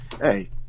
Hey